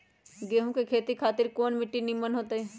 गेंहू की खेती खातिर कौन मिट्टी निमन हो ताई?